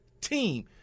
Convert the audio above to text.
team